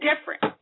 different